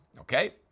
Okay